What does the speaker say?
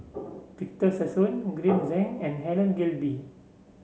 Victor Sassoon Green Zeng and Helen Gilbey